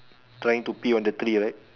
trying to pee on the tree right